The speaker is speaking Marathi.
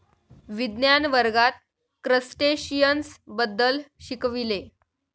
विज्ञान वर्गात क्रस्टेशियन्स बद्दल शिकविले